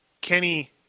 Kenny